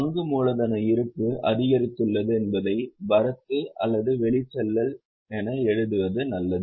பங்கு மூலதன இருப்பு அதிகரித்துள்ளது என்பதைக் வரத்து அல்லது வெளிச்செல்லல் என எழுதுவது நல்லது